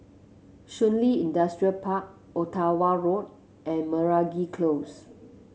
Shun Li Industrial Park Ottawa Road and Meragi Close